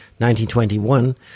1921